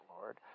Lord